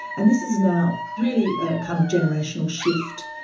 and this is now really a kind of generational shift.